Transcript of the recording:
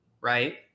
right